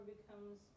becomes